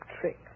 trick